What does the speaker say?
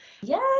Yes